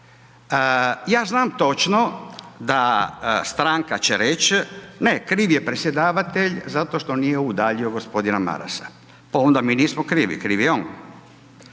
Ja znam točno, da stanka će reći, ne krivi je predsjedavatelj zato što nije udaljio gospodina Marasa. Onda mi nismo krivi, krv je on.